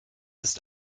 ist